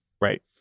Right